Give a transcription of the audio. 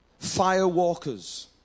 Firewalkers